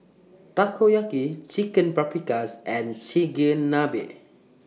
Takoyaki Chicken Paprikas and Chigenabe